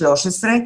13,